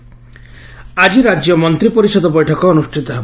ମନ୍ତୀ ପରିଷଦ ବୈଠକ ଆକି ରାଜ୍ୟ ମନ୍ତୀ ପରିଷଦ ବୈଠକ ଅନୁଷ୍ଠିତ ହେବ